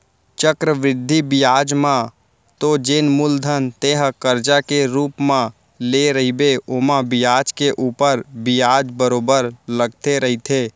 चक्रबृद्धि बियाज म तो जेन मूलधन तेंहा करजा के रुप म लेय रहिबे ओमा बियाज के ऊपर बियाज बरोबर लगते रहिथे